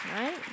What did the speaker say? right